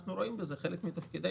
אנחנו רואים בזה חלק מתפקידנו,